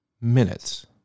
minutes